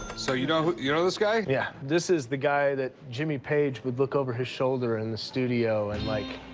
so you know you know this guy? yeah, this is the guy that jimmy page would look over his shoulder in the studio and, like,